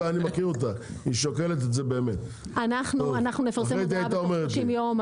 אנחנו נפרסם הודעה תוך 30 ימים,